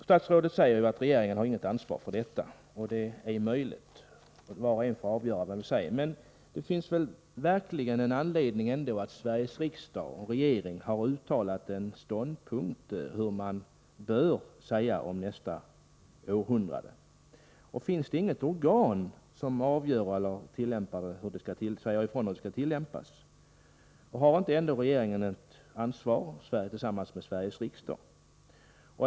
Statsrådet säger att regeringen har inget ansvar för detta utan att var och en själv får avgöra, och det är möjligt. Men det finns väl ändå anledning för Sveriges riksdag och regering att uttala en mening om hur vi bör säga om nästa århundrade. Finns det inget organ som säger ifrån om vad som skall tillämpas? Har inte regeringen ett ansvar tillsammans med riksdagen?